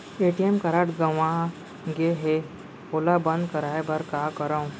ATM card गंवा गे है ओला बंद कराये बर का करंव?